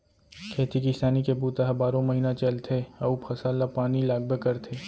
खेती किसानी के बूता ह बारो महिना चलथे अउ फसल ल पानी लागबे करथे